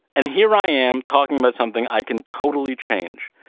and here i am talking about something i can totally change.